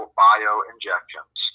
bio-injections